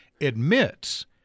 admits